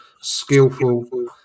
skillful